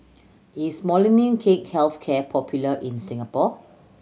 is Molnylcke Health Care popular in Singapore